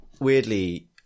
weirdly